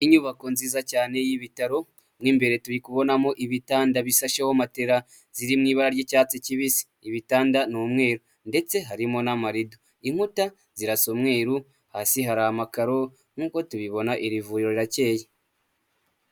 Inyubako nziza cyane y'ibitaro mo imbere turi kubonamo ibitanda bisasheho matera ziri mu ibara ry'icyatsi kibisi, ibitanda ni umweru ndetse harimo n'amarido, inkuta zirasa umweru, hasi hari amakaro nk'uko tubibona iri vuriro rirakeye.